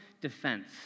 defense